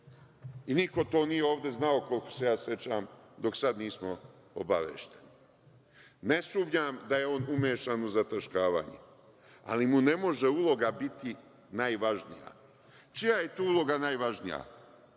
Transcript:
Niko to ovde nije znao, koliko se ja sećam, dok sad nismo obavešteni. Ne sumnjam da je on umešan u zataškavanje, ali mu ne može uloga biti najvažnija. Čija je tu uloga najvažnija?